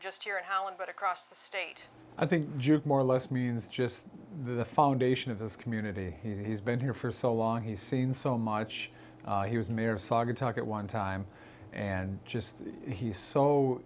but across the state i think jude more or less means just the foundation of this community he's been here for so long he's seen so much he was mayor of saugatuck at one time and just he's so